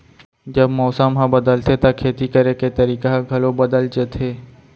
जब मौसम ह बदलथे त खेती करे के तरीका ह घलो बदल जथे?